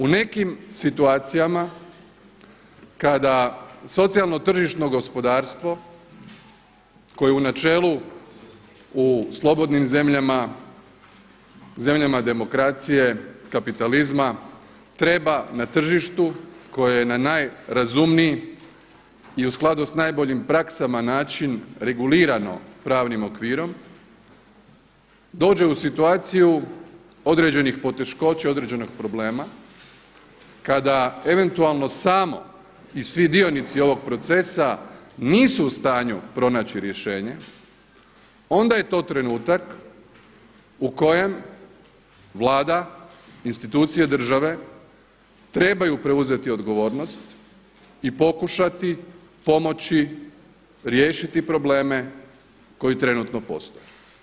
U nekim situacijama kada socijalno tržišno gospodarstvo koje u načelu u slobodnim zemljama, zemljama demokracije, kapitalizma treba na tržištu koje je na najrazumniji i u skladu sa najboljim praksama način regulirano pravnim okvirom, dođe u situaciju određenih poteškoća, određenog problema, kada eventualno samo i svi dionici ovog procesa nisu u stanju pronaći rješenje onda je to trenutak u kojem Vlada, institucije države trebaju preuzeti odgovornost i pokušati pomoći riješiti probleme koji trenutno postoje.